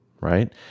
right